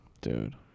Dude